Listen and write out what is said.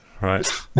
right